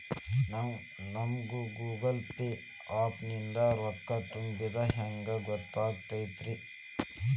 ನಮಗ Google Pay app ನಿಂದ ರೊಕ್ಕಾ ತುಂಬಿದ್ದ ಹೆಂಗ್ ಗೊತ್ತ್ ಆಗತೈತಿ?